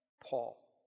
Paul